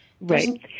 Right